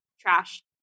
trash